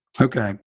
Okay